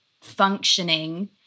functioning